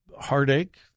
heartache